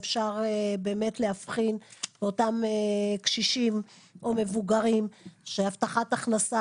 אפשר באמת להבחין באותם קשישים או מבוגרים שהבטחת הכנסה